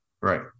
Right